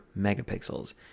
megapixels